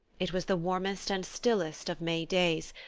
it was the warmest and stillest of may days,